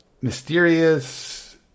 mysterious